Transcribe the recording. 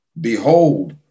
behold